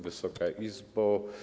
Wysoka Izbo!